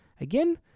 Again